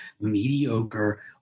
mediocre